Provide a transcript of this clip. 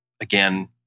again